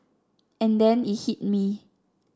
and then it hit me